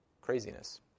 craziness